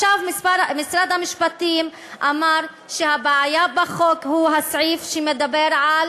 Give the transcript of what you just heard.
משרד המשפטים אמר שהבעיה בחוק היא הסעיף שמדבר על